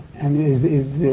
and is. is.